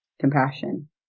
compassion